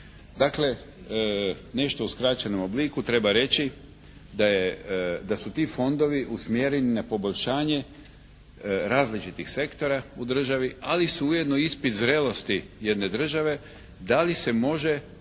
Dakle, nešto u skraćenom obliku treba reći da je, da su ti fondovi usmjereni na poboljšanje različitih sektora u državi ali su ujedno i ispit zrelosti jedne države da li se može